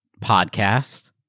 podcast